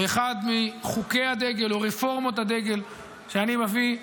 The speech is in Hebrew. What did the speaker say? באחד מחוקי הדגל או רפורמות הדגל שאני מביא.